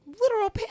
literal